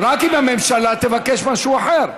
רק אם הממשלה תבקש משהו אחר.